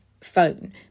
phone